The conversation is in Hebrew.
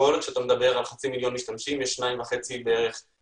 כשאתה מדבר על חצי מיליון משתמשים יש 2.5 מיליון